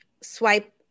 swipe